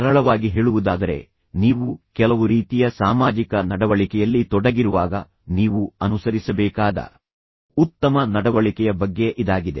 ಸರಳವಾಗಿ ಹೇಳುವುದಾದರೆ ನೀವು ಕೆಲವು ರೀತಿಯ ಸಾಮಾಜಿಕ ನಡವಳಿಕೆಯಲ್ಲಿ ತೊಡಗಿರುವಾಗ ನೀವು ಅನುಸರಿಸಬೇಕಾದ ಉತ್ತಮ ನಡವಳಿಕೆಯ ಬಗ್ಗೆ ಇದಾಗಿದೆ